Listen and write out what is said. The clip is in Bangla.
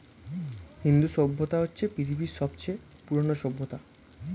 হিন্দু সভ্যতা হচ্ছে পৃথিবীর সবচেয়ে পুরোনো সভ্যতা